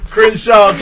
Crenshaw